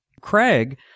Craig